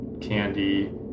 candy